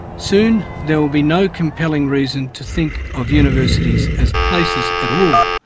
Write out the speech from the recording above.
soon there will be no compelling reason to think of universities as places at all